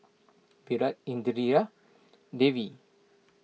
Virat Indira Devi